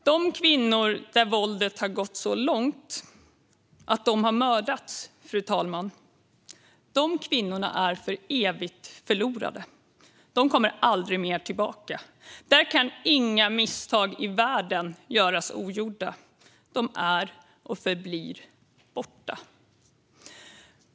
De kvinnor där våldet har gått så långt att de har mördats, fru talman, är för evigt förlorade. De kommer aldrig mer tillbaka. Där kan inga misstag i världen göras ogjorda. De är och förblir borta.